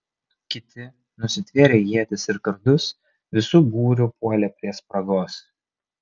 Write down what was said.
kiti nusitvėrę ietis ir kardus visu būriu puolė prie spragos